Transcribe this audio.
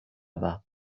bas